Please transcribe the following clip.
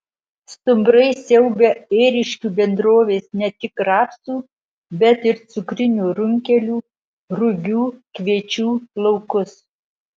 stumbrai siaubia ėriškių bendrovės ne tik rapsų bet ir cukrinių runkelių rugių kviečių laukus